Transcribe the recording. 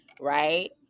right